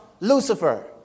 Lucifer